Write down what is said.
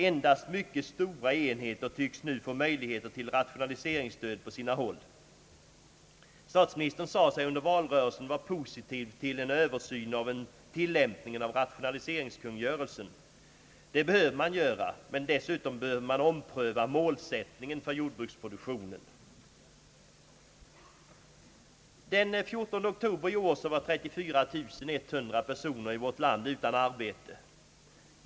Endast mycket stora enheter tycks nu få möjligheter till rationaliseringsstöd på sina håll. Statsministern sade sig under valrörelsen vara positiv till en översyn av tilllämpningen av rationaliseringskungörelsen. Det behöver man göra. Men dessutom behöver man ompröva målsättningen för jordbrukspolitiken. Den 14 oktober i år var 34100 personer i vårt land utan arbete.